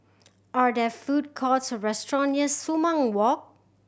are there food courts or restaurants near Sumang Walk